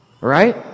right